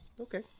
Okay